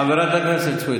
חברת הכנסת סויד,